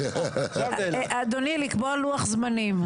אדוני, לקבוע לוח זמנים.